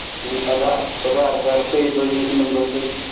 ਆਧਾਰ Aadhaar card ਭੇਜ ਦਿਉ ਜੀ ਇਸ ਨੰਬਰ 'ਤੇ